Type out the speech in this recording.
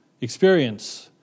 experience